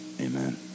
Amen